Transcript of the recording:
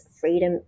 freedom